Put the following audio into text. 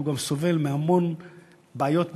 הוא גם סובל מהמון בעיות בדרך.